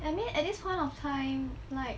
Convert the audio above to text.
and then at this point of time like